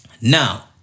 Now